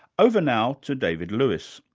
over now to david lewis,